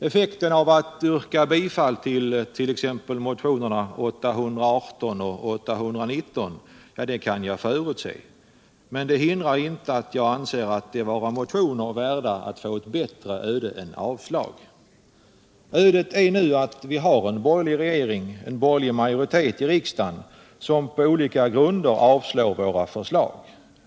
Effekten av att yrka bifall tillt.ex. motionerna 818 och 819 kan jag förutse. Men det hindrar inte att jag anser de vara motioner värda ett bättre öde än avslag. Ödet är nu att vi har en borgerlig regering och en borgerlig majoritet i riksdagen, som på olika grunder avslår våra förslag.